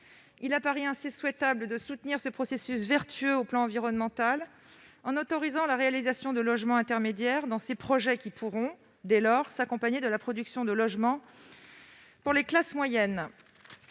Il apparaît donc souhaitable de soutenir ce processus vertueux sur le plan environnemental en autorisant la réalisation de logements intermédiaires dans ces projets, qui pourront dès lors s'accompagner de la production de logements pour les classes moyennes.